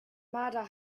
marder